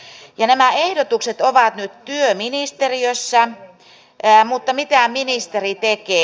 nämä ehdotukset ovat nyt työministeriössä mutta mitä ministeri tekee